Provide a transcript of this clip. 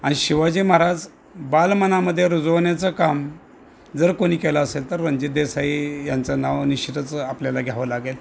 आणि शिवाजी महाराज बाल मनामध्ये रुजवण्याचं काम जर कोणी केलं असेल तर रणजित देसाई यांचं नाव निश्चितच आपल्याला घ्यावं लागेल